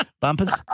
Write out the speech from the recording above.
bumpers